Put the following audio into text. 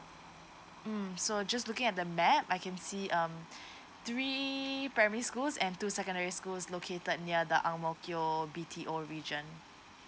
mm so just looking at the map I can see um three primary schools and two secondary school is located near the ang mo kio B_T_O region